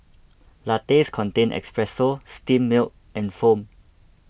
lattes contain espresso steamed milk and foam